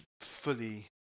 fully